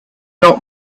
not